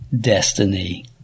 destiny